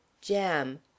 jam